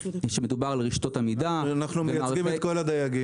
שמדובר על רשתות עמידה --- אנחנו מייצגים את כל הדייגים.